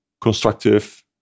constructive